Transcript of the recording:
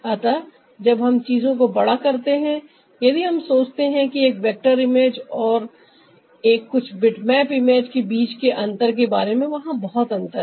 अतः जब हम चीजों को ब डा करते हैं यदि हम सोचते हैं एक वेक्टर इमेज और एक कुछ बिटमैप इमेज के बीच के अंतर के बारे में वहां बहुत अंतर है